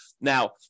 Now